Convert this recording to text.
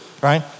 right